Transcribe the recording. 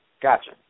Gotcha